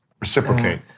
Reciprocate